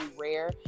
rare